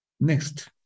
Next